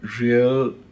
real